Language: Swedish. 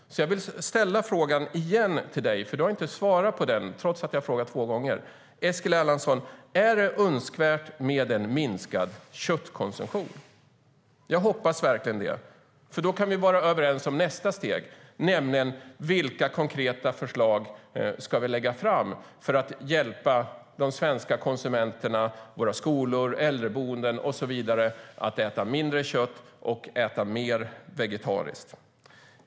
Jag vill ställa frågan till dig igen, för trots att jag har frågat två gånger har du inte svarat: Är det önskvärt, Eskil Erlandsson, med en minskad köttkonsumtion? Jag hoppas verkligen det, för då kan vi vara överens om nästa steg, nämligen vilka konkreta förslag vi ska lägga fram för att hjälpa de svenska konsumenterna, våra skolor och äldreboenden och så vidare att äta mindre kött och mer vegetariskt.